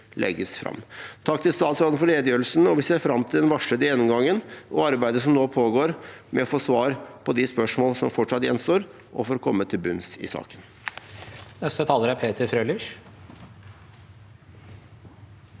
Takk til statsråden for redegjørelsen. Vi ser fram til den varslede gjennomgangen og arbeidet som nå pågår med å få svar på de spørsmål som fortsatt gjenstår, og for å komme til bunns i saken. Peter Frølich